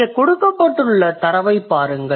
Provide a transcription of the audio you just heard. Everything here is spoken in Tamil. இங்கே கொடுக்கப்பட்டுள்ள தரவைப் பாருங்கள்